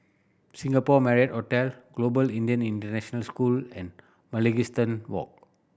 Singapore Marriott Hotel Global Indian International School and Mugliston Walk